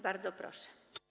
Bardzo proszę.